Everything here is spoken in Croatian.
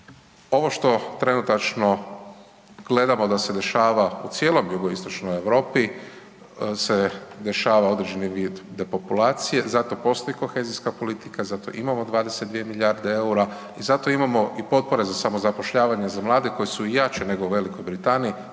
Ovo što trenutačno gledamo da se dešava u cijeloj jugoistočnoj Europi se dešava određeni vid depopulacije, zato postoji kohezijska politika, zato imamo 22 milijarde eura i zato imamo i potpore za samozapošljavanje za mlade koje su jače nego u V. Britaniji,